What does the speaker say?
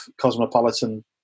cosmopolitan